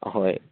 ꯑꯍꯣꯏ